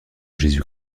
jésus